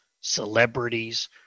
celebrities